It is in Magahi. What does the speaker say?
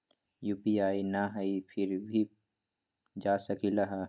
यू.पी.आई न हई फिर भी जा सकलई ह?